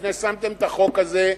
לפני ששמתם את החוק הזה,